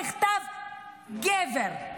נכתב "גבר",